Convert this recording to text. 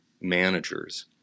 managers